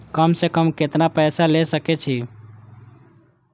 कम से कम केतना पैसा ले सके छी?